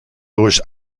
durch